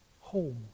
Home